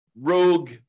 rogue